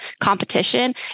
competition